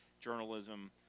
journalism